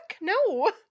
no